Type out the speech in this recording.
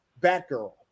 Batgirl